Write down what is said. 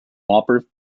operative